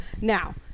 Now